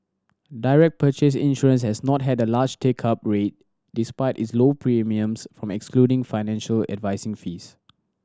direct purchase insurance has not had a large take up rate despite its low premiums from excluding financial advising fees